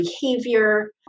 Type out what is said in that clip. behavior